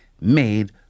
made